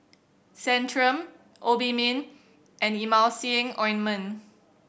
Centrum Obimin and Emulsying Ointment